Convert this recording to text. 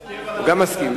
סגן השר מסכים, גם הוא מסכים.